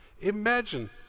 Imagine